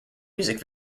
music